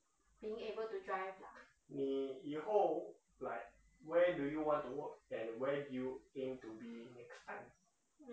你以后 like where do you want to work and where you aim to be next time